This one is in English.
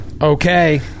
Okay